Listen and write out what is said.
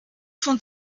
von